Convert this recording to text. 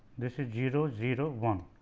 this is zero zero one.